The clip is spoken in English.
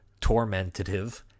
tormentative